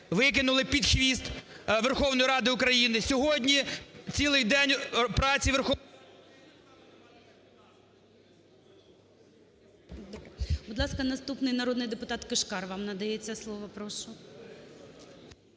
викинули під хвіст Верховної Ради України. Сьогодні цілий день праці Верховної Ради…